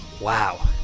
Wow